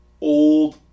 old